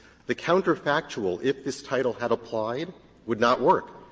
the counterfactual if this title had applied would not work,